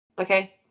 okay